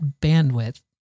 bandwidth